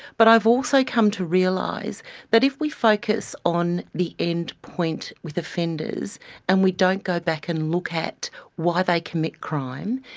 but i've also come to realise that if we focus on the endpoint with offenders and we don't go back and look at why they commit crime,